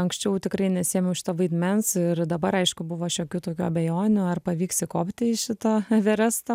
anksčiau tikrai nesiėmiau šito vaidmens ir dabar aišku buvo šiokių tokių abejonių ar pavyks įkopti į šitą everestą